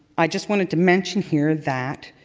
i just wanted to mention here that,